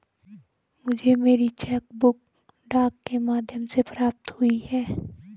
मुझे मेरी cheque book डाक के माध्यम से प्राप्त हुई है